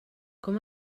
com